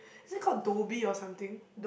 is it called Dobby or something